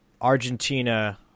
Argentina